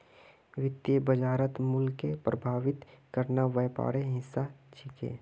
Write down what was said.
वित्तीय बाजारत मूल्यक प्रभावित करना व्यापारेर हिस्सा छिके